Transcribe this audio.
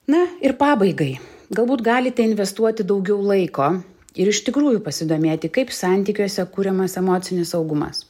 na ir pabaigai galbūt galite investuoti daugiau laiko ir iš tikrųjų pasidomėti kaip santykiuose kuriamas emocinis saugumas